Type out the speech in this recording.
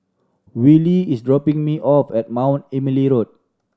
Wylie is dropping me off at Mount Emily Road